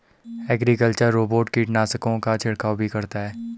agricultural robot कीटनाशकों का छिड़काव भी करता है